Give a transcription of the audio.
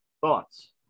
Thoughts